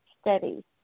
steady